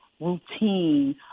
routine